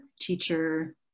teacher